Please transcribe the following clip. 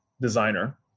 designer